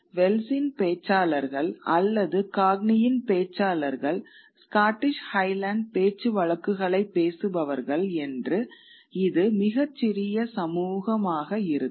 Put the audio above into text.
வெல்ச்சின் பேச்சாளர்கள் அல்லது காக்னியின் பேச்சாளர்கள் ஸ்காட்டிஷ் ஹைலேண்ட் பேச்சுவழக்குகளைப் பேசுபவர்கள் என்று இது மிகச் சிறிய சமூகமாக இருக்கும்